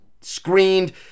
screened